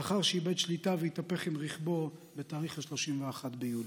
לאחר שאיבד שליטה והתהפך עם רכבו בתאריך 31 ביולי.